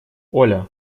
оля